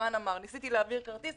שעירן פאר אמר: ניסיתי להעביר כרטיס,